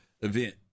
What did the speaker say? event